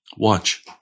Watch